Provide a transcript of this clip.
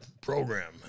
program